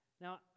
Now